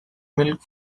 milk